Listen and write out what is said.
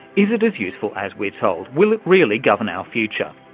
is it as useful as we're told, will it really govern our future?